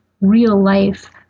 real-life